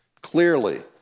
clearly